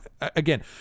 again